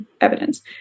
evidence